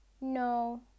No